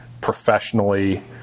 professionally